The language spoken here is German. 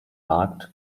markt